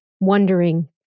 wondering